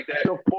support